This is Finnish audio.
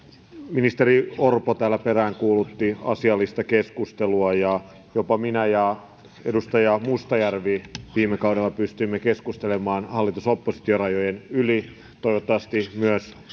ministeri orpo peräänkuulutti asiallista keskustelua ja jopa minä ja edustaja mustajärvi viime kaudella pystyimme keskustelemaan hallitus oppositio rajojen yli toivottavasti myös